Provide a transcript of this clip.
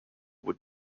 would